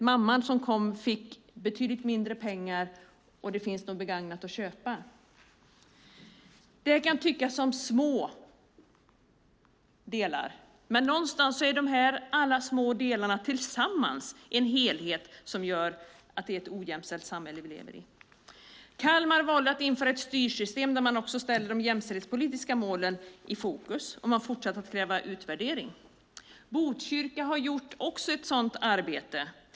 Mamman som kom fick betydligt mindre pengar och fick höra att det nog finns begagnat att köpa. Det här kan tyckas som småsaker. Men någonstans är alla de här små delarna tillsammans en helhet som gör att vi lever i ett ojämställt samhälle. Kalmar valde att införa ett styrsystem där man också ställde de jämställdhetspolitiska målen i fokus. Man fortsatte att kräva utvärdering. Botkyrka har också gjort ett sådant arbete.